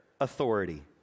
authority